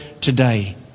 today